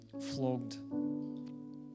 flogged